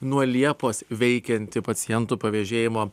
nuo liepos veikianti pacientų pavežėjimo